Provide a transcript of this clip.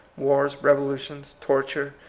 wars, rev olutions, torture,